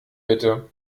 bitte